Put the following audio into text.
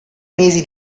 mesi